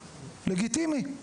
לגיטימי.